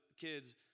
kids